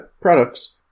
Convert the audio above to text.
products